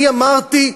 אני אמרתי,